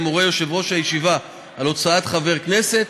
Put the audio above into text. מורה יושב-ראש הישיבה על הוצאת חבר כנסת,